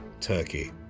Turkey